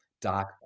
Dark